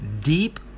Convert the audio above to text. deep